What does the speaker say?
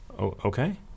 okay